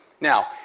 Now